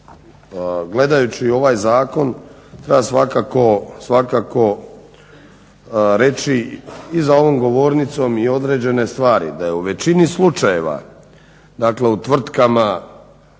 gledajući ovaj zakon treba svakako reći i za ovom govornicom i određene stvari da je u većini slučajeva, dakle u tvrtkama